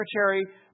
secretary